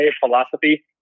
philosophy